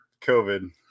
COVID